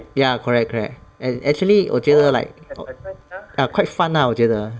ya correct correct and actually 我觉得 like quite fun lah 我觉得